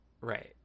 Right